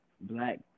black